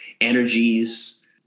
energies